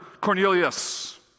Cornelius